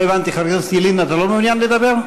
לא הבנתי, חבר הכנסת ילין, אתה לא מעוניין לדבר?